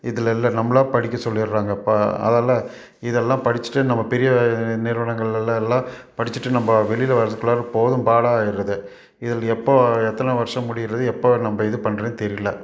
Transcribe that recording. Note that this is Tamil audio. இதில் இல்லை நம்மளா படிக்க சொல்லிடுறாங்க இப்போ அதால் இதெல்லாம் படிச்சுட்டு நம்ம பெரிய நிறுவனங்களில்லெல்லாம் படிச்சுட்டு நம்ம வெளியில் வர்றதுக்குள்ளாற போதும் பாடாக ஆயிடுது இதில் எப்போ எத்தனை வருஷம் முடியுறது எப்போ நம்ம் இது பண்றதுன்னே தெரியல